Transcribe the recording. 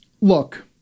look